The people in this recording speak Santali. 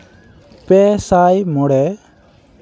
ᱯᱮ ᱥᱟᱭ ᱢᱚᱬᱮ